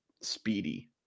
speedy